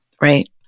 right